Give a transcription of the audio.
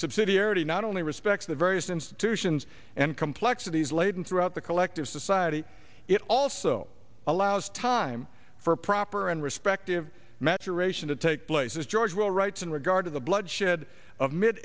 subsidiarity not only respects the various institutions and complexities laden throughout the collective society it also allows time for a proper and respective maturation to take place as george will writes in regard to the bloodshed of mid